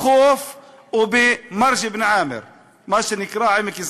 בחוף או במרג' אבן